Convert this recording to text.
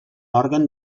òrgan